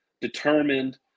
determined